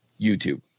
YouTube